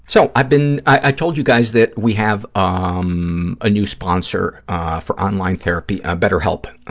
so, i've been, i told you guys that we have ah um a new sponsor for online therapy, ah betterhelp.